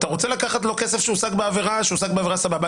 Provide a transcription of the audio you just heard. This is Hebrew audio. אתה רוצה לקחת לו כסף שהשיג בעבירה אני בעד.